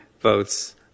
votes